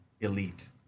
Elite